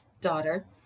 daughter